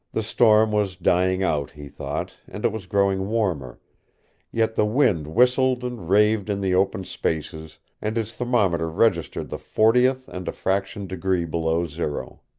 the storm was dying out, he thought, and it was growing warmer yet the wind whistled and raved in the open spaces and his thermometer registered the fortieth and a fraction degree below zero.